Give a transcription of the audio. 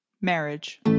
marriage